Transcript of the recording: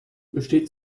besteht